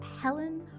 Helen